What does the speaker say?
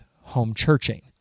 home-churching